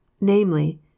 namely